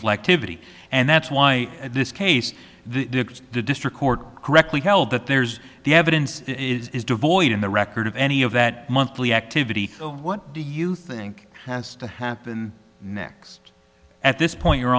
vittie and that's why this case the district court correctly held that there's the evidence that is devoid in the record of any of that monthly activity what do you think has to happen next at this point your